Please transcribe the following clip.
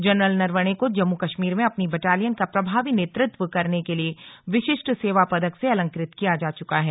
general Naravane को जम्मूर कश्मीर में अपनी बटालियन का प्रभावी नेतृत्व करने के लिए विशिष्ट सेवा पदक से अलंकृत किया जा चुका है